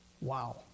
Wow